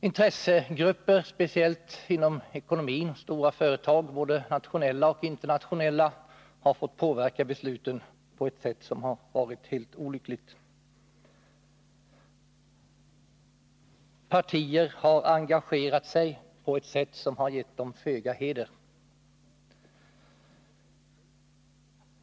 Intressegrupper, speciellt inom ekonomin, stora företag — både nationella och internationella — har fått påverka besluten på ett sätt som har varit mycket olyckligt. Partier har engagerat sig på ett sätt som har givit dem föga heder.